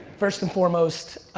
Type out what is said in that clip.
first and foremost,